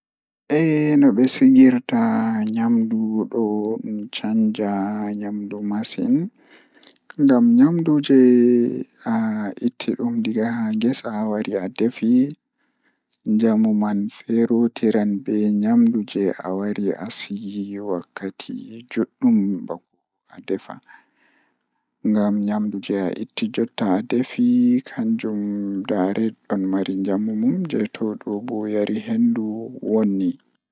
Fermentation ɗum rewti nguurndam e ɗiɗi, tawa njoɓdi e hoore e nguurndam ngal. Ko ɗum waɗa waawde njoɓdi e nguurndam ngal, sabu njiddaade fiyaangu, laamɗo e darnde, kadi njamaaji o ɓuri. Ko foɓɓe, njamaaji rewɓe e hoore, no waawi jokkude e probiotics, e njiddaade hoore nguurndam ngal. Kadi, fermentation rewti sabu njiddaade ngam haɓɓude njamaaji ngal.